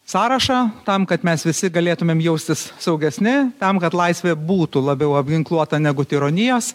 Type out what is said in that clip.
sąrašą tam kad mes visi galėtumėm jaustis saugesni tam kad laisvė būtų labiau apginkluota negu tironijos